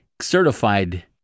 certified